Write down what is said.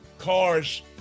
cars